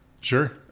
Sure